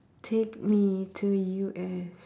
take me to U_S